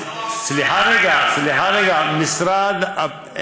למה לא המשרד?